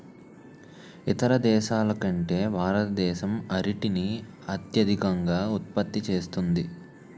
ఇతర దేశాల కంటే భారతదేశం అరటిని అత్యధికంగా ఉత్పత్తి చేస్తుంది